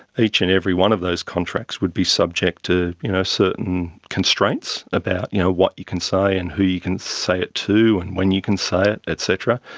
each and every one of those contracts would be subject to you know certain constraints about you know what you can say and who you can say it to and when you can say it et cetera.